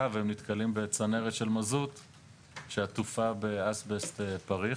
והם נתקלים בצנרת של מזוט שעטופה באסבסט פריך,